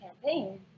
campaign